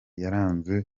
yaranze